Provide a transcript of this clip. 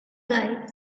guy